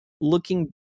looking